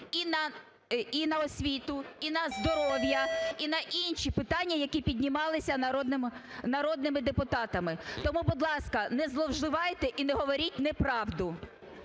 і на освіту, і на здоров'я, і на інші питання, які піднімалися народними депутатами. Тому, будь ласка, не зловживайте і не говоріть неправду.